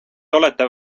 olete